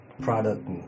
product